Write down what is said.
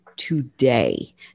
today